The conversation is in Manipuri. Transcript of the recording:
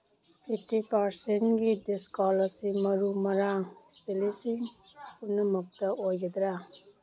ꯐꯤꯐꯇꯤ ꯄꯥꯔꯁꯦꯟꯒꯤ ꯗꯤꯁꯀꯥꯎꯟ ꯑꯁꯤ ꯃꯔꯨ ꯃꯔꯥꯡ ꯏꯁꯄꯦꯂꯤꯁꯁꯤꯡ ꯄꯨꯝꯅꯃꯛꯇ ꯑꯣꯏꯒꯗ꯭ꯔꯥ